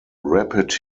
rapid